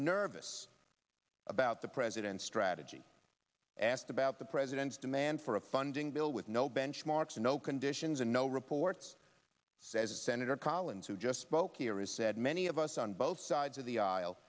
nervous about the president's strategy asked about the president's demand for a funding bill with no benchmarks no conditions and no reports as senator collins who just spoke here is said many of us on both sides of the aisle